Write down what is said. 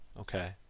okay